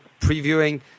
previewing